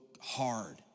hard